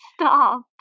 stop